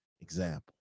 example